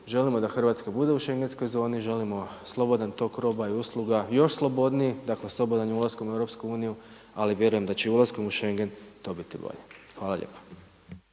Želimo da Hrvatska bude u šengenskoj zoni, želimo slobodan tok roba i usluga i još slobodniji, dakle slobodan je ulaskom u EU ali vjerujem da će i ulaskom u Schengen to biti i bolje. **Vrdoljak,